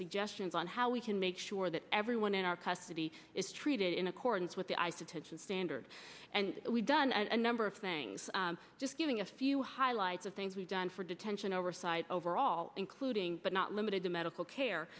suggestions on how we can make sure that everyone in our custody is treated in accordance with the ice attaches standards and we've done and number of things just giving a few highlights of things we've done for detention oversight overall including but not limited to medical care